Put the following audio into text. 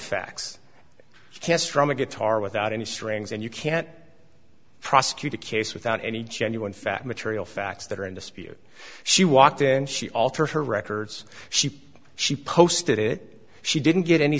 facts can strum a guitar without any strings and you can't prosecute a case without any genuine fact material facts that are in dispute she walked in she altered her records she she posted it she didn't get any